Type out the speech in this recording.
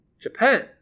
japan